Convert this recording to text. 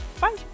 bye